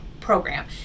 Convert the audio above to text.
program